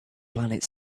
planet